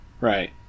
Right